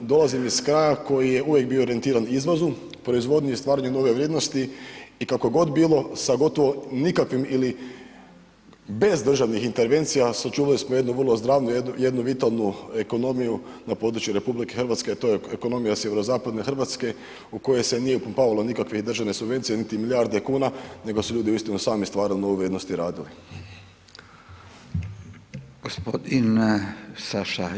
Dolazim iz kraja koji je uvijek bio orijentiran izvozu, proizvodnji i stvaranju nove vrijednosti i kako je god bilo sa gotovo nikakvim ili bez državnih intervencija sačuvali smo jednu vrlo zdravu, jednu vitalnu ekonomiju na području RH a to je ekonomija sjeverozapadne Hrvatske u kojoj se nije upumpavalo nikakve državne subvencije niti milijarde kuna nego su ljudi uistinu sami stvarali nove vrijednosti i radili.